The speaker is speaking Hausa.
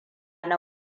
na